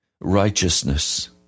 righteousness